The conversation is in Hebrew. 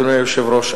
אדוני היושב-ראש,